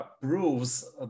proves